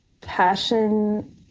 passion